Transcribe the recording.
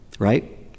right